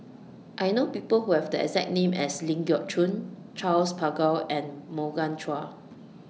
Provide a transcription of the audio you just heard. I know People Who Have The exact name as Ling Geok Choon Charles Paglar and Morgan Chua